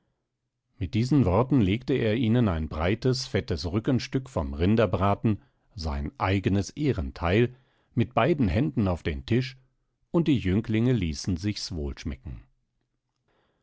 mit diesen worten legte er ihnen ein breites fettes rückenstück vom rinderbraten sein eigenes ehrenteil mit beiden händen auf den tisch und die jünglinge ließen sich's wohlschmecken